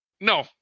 No